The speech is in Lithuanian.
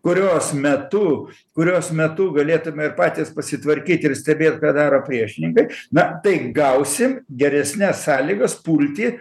kurios metu kurios metu galėtume ir patys pasitvarkyt ir stebėt ką daro priešininkai na tai gausim geresnes sąlygas pulti